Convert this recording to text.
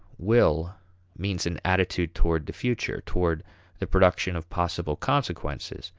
will means an attitude toward the future, toward the production of possible consequences,